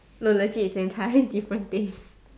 no legit it's an entirely different thing